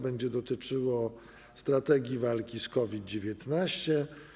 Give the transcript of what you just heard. Będzie ono dotyczyło strategii walki z COVID-19.